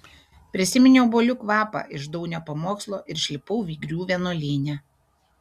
prisiminiau obuolių kvapą iš daunio pamokslo ir išlipau vygrių vienuolyne